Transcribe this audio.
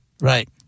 Right